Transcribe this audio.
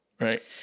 right